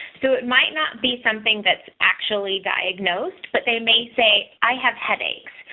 so it might not be something that's actually diagnosed. but they may say i have headache.